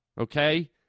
okay